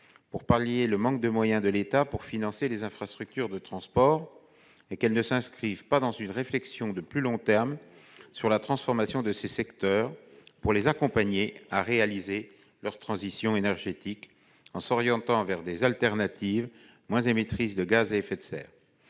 à pallier le manque de moyens de l'État pour financer les infrastructures de transport et qu'elle ne s'inscrive pas dans une réflexion de plus long terme sur la transformation de ces secteurs pour les accompagner à réaliser leur transition énergétique en s'orientant vers des alternatives moins émettrices de gaz à effet de serre.